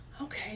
Okay